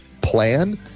plan